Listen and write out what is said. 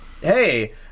Hey